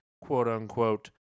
quote-unquote